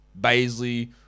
Baisley